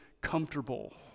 comfortable